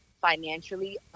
financially